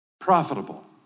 profitable